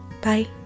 Bye